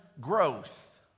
growth